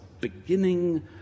beginning